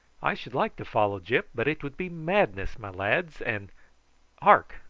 i should like to follow gyp, but it would be madness, my lads, and hark,